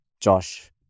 Josh